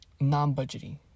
Non-budgety